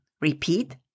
Repeat